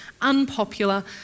unpopular